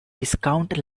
viscount